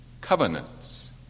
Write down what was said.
covenants